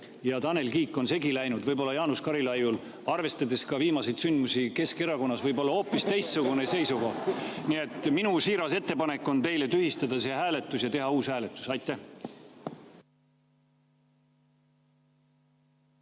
ja Tanel Kiik on segi läinud. Jaanus Karilaiul, arvestades ka viimaseid sündmusi Keskerakonnas, võib olla hoopis teistsugune seisukoht. Nii et minu siiras ettepanek teile on tühistada see hääletus ja teha uus hääletus. Hea